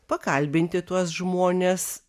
pakalbinti tuos žmones